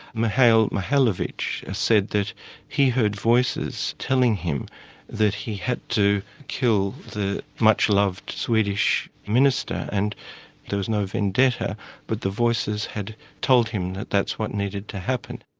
mijailo mijailovic, said that he heard voices telling him that he had to kill the much-loved swedish minister, and there was no vendetta but the voices had told him that that's what needed to happen.